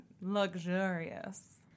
luxurious